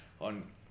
on